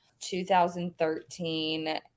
2013